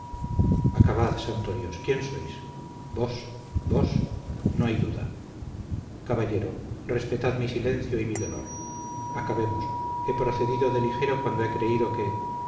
acabad santo dios quién sois vos vos no hay duda caballero respetad mi silencio y mi dolor acabemos he procedido de ligero cuando he creído que